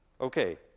Okay